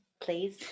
please